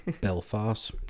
Belfast